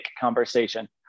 conversation